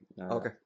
Okay